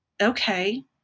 okay